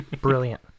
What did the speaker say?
brilliant